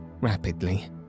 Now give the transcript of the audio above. Rapidly